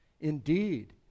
Indeed